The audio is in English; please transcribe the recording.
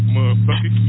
Motherfucker